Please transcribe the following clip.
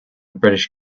british